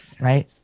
right